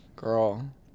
Girl